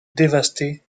dévasté